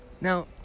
Now